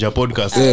podcast